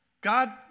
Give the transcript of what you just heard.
God